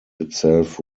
itself